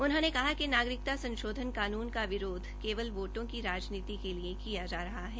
उन्होंने कहा कि नागरिकता संशोधन कानून का विरोध केवल वोटों की राजनीति के लिए किया जा रहा है